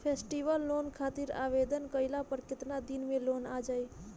Festival loan खातिर आवेदन कईला पर केतना दिन मे लोन आ जाई?